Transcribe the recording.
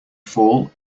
fall